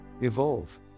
evolve